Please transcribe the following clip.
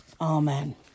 amen